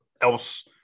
else